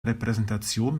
repräsentation